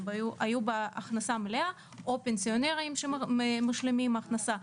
הם היו בעלי הכנסה מלאה או פנסיונרים שמשלימים הכנסה.